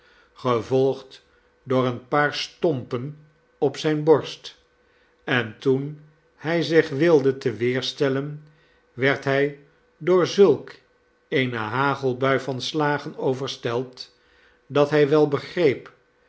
gevolgd door een paar stompen op zijne borst en toen hij zich wilde te weer stellen werd hij door zulk eene hagelbui van slagen overstelpt dat hij wel begreep